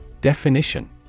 Definition